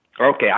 Okay